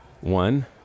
one